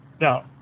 Now